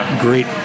great